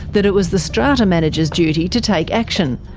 that it was the strata manager's duty to take action,